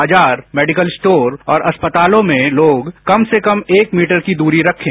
बाजार medical store और अस्पतालों में लोग कम से कम एक मीटर की दूरी रखें